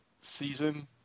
season